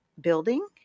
building